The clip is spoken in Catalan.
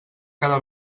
cada